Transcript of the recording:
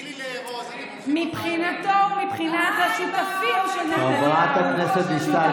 תתחילי לארוז, אתם הולכים הביתה.